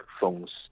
phones